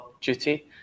duty